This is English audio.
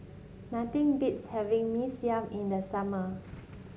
nothing beats having Mee Siam in the summer